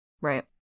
Right